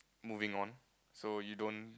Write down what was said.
moving on so you don't